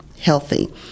healthy